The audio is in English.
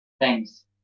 thanks